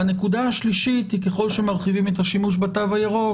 הנקודה השלישית היא שככל שמרחיבים את השימוש בתו הירוק,